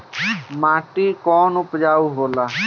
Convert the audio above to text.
माटी कौन उपजाऊ होला?